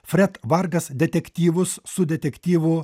fret vargas detektyvus su detektyvu